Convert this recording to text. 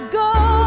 go